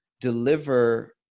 deliver